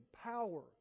power